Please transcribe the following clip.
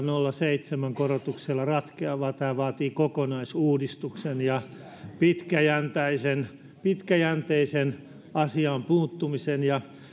nolla pilkku seitsemän korotuksella ratkea vaan tämä vaatii kokonaisuudistuksen ja pitkäjänteisen pitkäjänteisen asiaan puuttumisen